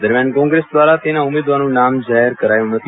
દરમિયાન કોેં ગ્રેસ દ્વારા તેના ઉમેદવારનું નામ જાહેર કરાયું નથી